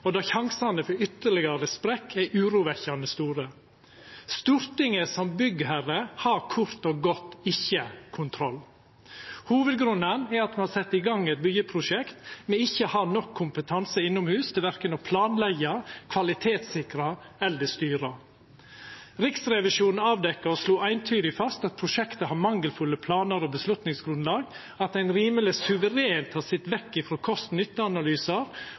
og der sjansane for ytterlegare sprekk er urovekkjande store. Stortinget som byggherre har kort og godt ikkje kontroll. Hovudgrunnen er at me har sett i gang eit byggjeprosjekt me ikkje har nok kompetanse innomhus til verken å planleggja, kvalitetssikra eller styra. Riksrevisjonen avdekte og slo eintydig fast at prosjektet har mangelfulle planar og avgjerdsgrunnlag, at ein rimeleg suverent har sett vekk